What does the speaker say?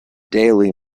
daily